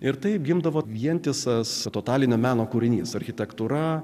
ir taip gimdavo vientisas totalinio meno kūrinys architektūra